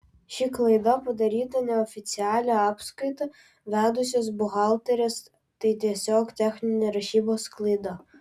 ši klaida padaryta neoficialią apskaitą vedusios buhalterės tai tiesiog techninė rašybos klaida